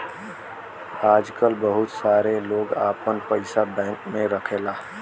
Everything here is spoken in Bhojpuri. आजकल बहुत सारे लोग आपन पइसा बैंक में रखला